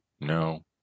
no